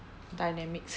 dynamics